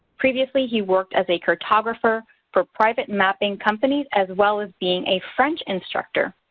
previously he worked as a cartographer for private mapping companies as well as being a french instructor.